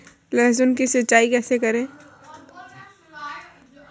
लहसुन की सिंचाई कैसे करें?